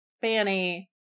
fanny